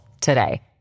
today